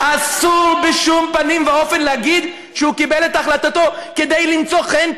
אסור בשום פנים ואופן להגיד שהוא קיבל את החלטתו כדי למצוא חן,